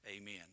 Amen